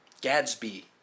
Gadsby